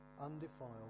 undefiled